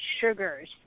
sugars